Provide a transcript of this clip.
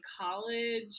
college